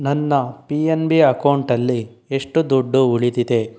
ನನ್ನ P N B ಅಕೌಂಟಲ್ಲಿ ಎಷ್ಟು ದುಡ್ಡು ಉಳಿದಿದೆ